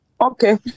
Okay